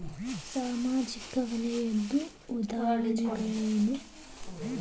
ಸಾಮಾಜಿಕ ವಲಯದ್ದು ಉದಾಹರಣೆಗಳೇನು?